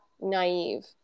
naive